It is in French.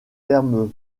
termes